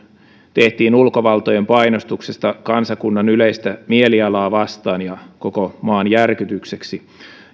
tehtiin ulkovaltojen painostuksesta kansakunnan yleistä mielialaa vastaan ja koko maan järkytykseksi